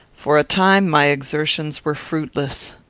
for a time, my exertions were fruitless.